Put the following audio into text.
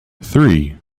three